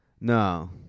No